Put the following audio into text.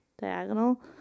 diagonal